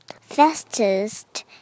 fastest